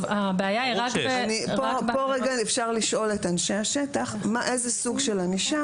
כאן אפשר לשאול את אנשי השטח איזה סוג של ענישה